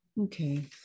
Okay